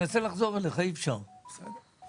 יש לנו את